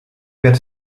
get